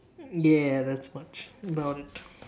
ya that's much about it